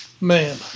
man